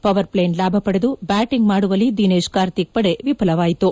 power play ಲಾಭ ಪಡೆದು batting ಮಾಡುವಲ್ಲಿ ದಿನೇಶ್ ಕಾರ್ತಿಕ್ ಪಡೆ ವಿಫಲವಾಯಿತು